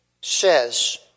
says